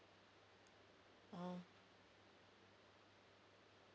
oh